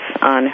on